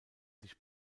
sich